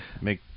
Make